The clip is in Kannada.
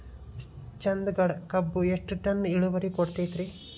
ಚಂದಗಡ ಕಬ್ಬು ಎಷ್ಟ ಟನ್ ಇಳುವರಿ ಕೊಡತೇತ್ರಿ?